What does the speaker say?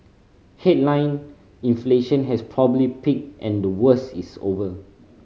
headline inflation has probably peaked and the worst is over